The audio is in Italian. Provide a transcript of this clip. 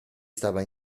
stava